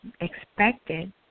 expected